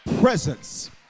presence